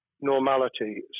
normality